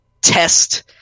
test